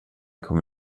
kom